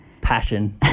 Passion